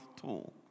tool